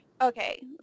Okay